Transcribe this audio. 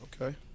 Okay